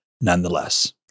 nonetheless